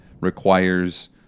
requires